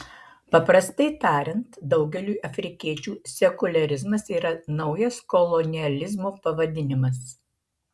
paprastai tariant daugeliui afrikiečių sekuliarizmas yra naujas kolonializmo pavadinimas